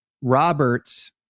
Roberts